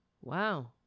Wow